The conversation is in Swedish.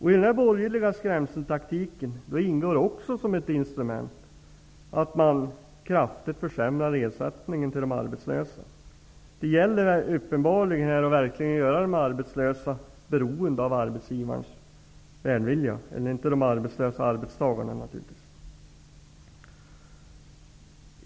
I den borgerliga skrämseltaktiken ingår också som ett instrument att man kraftigt försämrar ersättningen till de arbetslösa. Det gäller uppenbarligen att göra arbetstagarna beroende av arbetsgivarens välvilja.